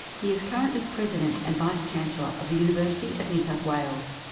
he is currently president and vice-chancellor of the university of new south wales.